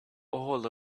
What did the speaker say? all